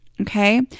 Okay